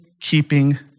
keeping